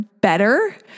better